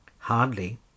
Hardly